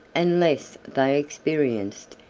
unless they experienced,